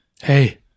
Hey